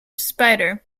spider